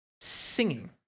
singing